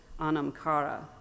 Anamkara